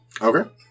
Okay